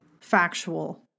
factual